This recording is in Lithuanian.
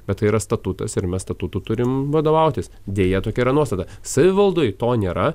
bet tai yra statutas ir mes statutu turim vadovautis deja tokia nuostata savivaldoj to nėra